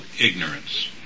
ignorance